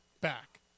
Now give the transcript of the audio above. back